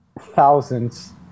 thousands